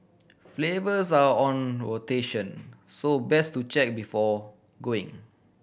flavours are on rotation so best to check before going